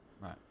Right